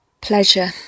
pleasure